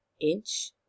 inch